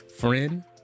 friend